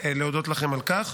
על כך.